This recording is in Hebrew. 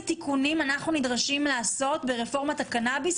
תיקוני חקיקה אנחנו נדרשים לעשות ברפורמת הקנאביס.